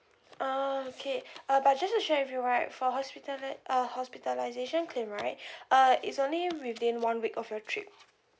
oh okay uh but just to share with you right for hospitali~ uh hospitalisation claim right uh it's only within one week of your trip